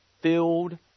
filled